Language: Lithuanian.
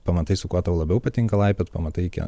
pamatai su kuo tau labiau patinka laipiot pamatai kie